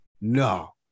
No